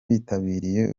bitabiriye